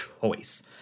choice